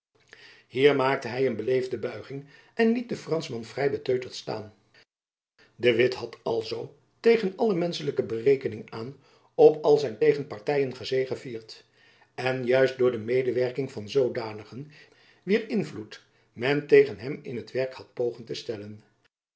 hier maakte hy een beleefde buiging en liet den franschman vrij beteuterd staan de witt had alzoo tegen alle menschelijke berekening aan op al zijn tegenpartyen gezegevierd en juist door de medewerking van de zoodanigen wier invloed men tegen hem in t werk had pogen te stellen